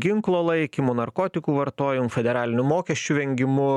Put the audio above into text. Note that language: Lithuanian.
ginklo laikymu narkotikų vartojim federalinių mokesčių vengimu